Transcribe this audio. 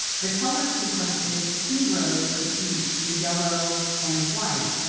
the color sequence is two rows of each, the yellow and the white.